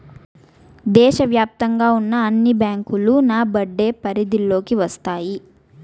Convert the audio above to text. దేశ వ్యాప్తంగా ఉన్న అన్ని బ్యాంకులు నాబార్డ్ పరిధిలోకి వస్తాయి